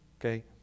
okay